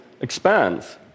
expands